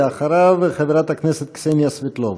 אחריו, חברת הכנסת קסניה סבטלובה.